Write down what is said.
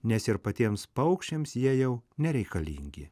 nes ir patiems paukščiams jie jau nereikalingi